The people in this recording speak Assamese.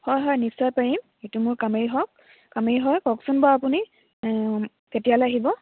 হয় হয় নিশ্চয় পাৰিম সেইটো মোৰ কামেই হক কামেই হয় কওকচোন বাৰু আপুনি কেতিয়ালৈ আহিব